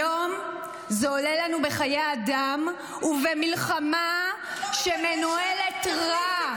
היום זה עולה לנו בחיי אדם ובמלחמה שמנוהלת רע,